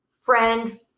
friend